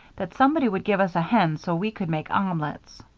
that somebody would give us a hen, so we could make omelets.